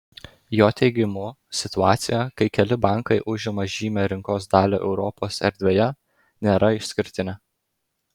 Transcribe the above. jo teigimu situacija kai keli bankai užima žymią rinkos dalį europos erdvėje nėra išskirtinė